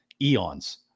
eons